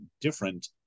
different